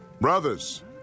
Brothers